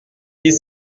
ils